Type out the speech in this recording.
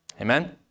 Amen